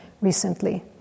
recently